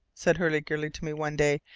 said hurliguerly to me one day.